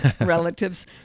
relatives